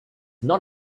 not